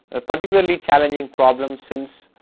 ah particularly challenging problems since